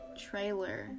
trailer